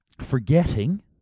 forgetting